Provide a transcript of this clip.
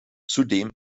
zudem